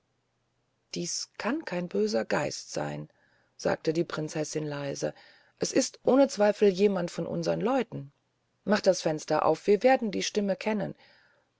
dies kann kein böser geist seyn sagte die prinzessin leise es ist ohne zweifel jemand von unsern leuten mach das fenster auf wir werden die stimme kennen